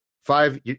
five